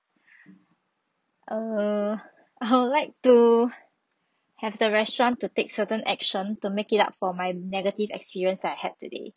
err I would like to have the restaurant to take certain action to make it up for my negative experience I had today